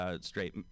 straight